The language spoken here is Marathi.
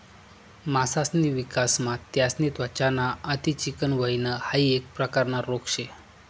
मासासनी विकासमा त्यासनी त्वचा ना अति चिकनं व्हयन हाइ एक प्रकारना रोग शे